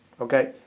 okay